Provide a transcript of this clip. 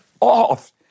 off